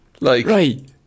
Right